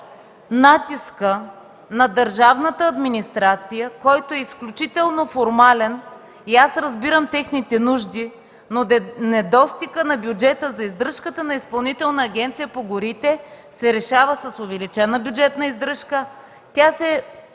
натиска на държавната администрация, който е изключително формален. Аз разбирам техните нужди, но недостигът на бюджета за издръжката на Изпълнителната агенция по горите се решава с увеличена бюджетна издръжка.